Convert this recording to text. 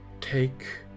take